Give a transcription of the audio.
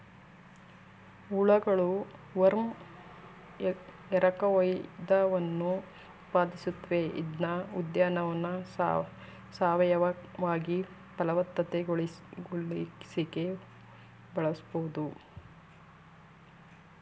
ಹುಳಗಳು ವರ್ಮ್ ಎರಕಹೊಯ್ದವನ್ನು ಉತ್ಪಾದಿಸುತ್ವೆ ಇದ್ನ ಉದ್ಯಾನವನ್ನ ಸಾವಯವವಾಗಿ ಫಲವತ್ತತೆಗೊಳಿಸಿಕೆ ಬಳಸ್ಬೋದು